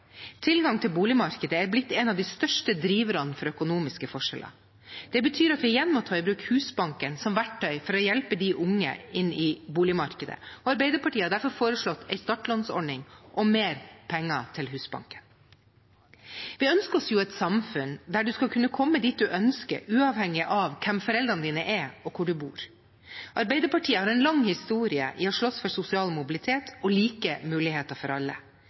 Tilgang til boligmarkedet har blitt en av de største driverne for økonomiske forskjeller. Det betyr at vi igjen må ta i bruk Husbanken som verktøy for å hjelpe de unge inn i boligmarkedet. Arbeiderpartiet har derfor foreslått en startlånsordning og mer penger til Husbanken. Vi ønsker oss et samfunn der du skal kunne komme dit du ønsker, uavhengig av hvem foreldrene dine er, og hvor du bor. Arbeiderpartiet har en lang historie i å slåss for sosial mobilitet og like muligheter for alle.